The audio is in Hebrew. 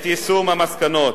יישום המסקנות,